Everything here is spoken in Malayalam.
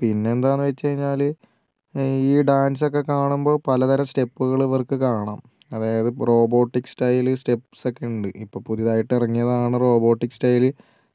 പിന്നെ എന്താണെന്നു വച്ചുകഴിഞ്ഞാൽ ഈ ഡാൻസൊക്കെ കാണുമ്പോൾ പലതരം സ്റ്റെപ്പുകൾ ഇവർക്ക് കാണാം അതായത് റോബോട്ടിക് സ്റ്റൈൽ സ്റ്റെപ്സ് ഒക്കെ ഉണ്ട് ഇപ്പോൾ പുതിയതായിട്ട് ഇറങ്ങിയതാണ് റോബോട്ടിക്ക് സ്റ്റൈൽ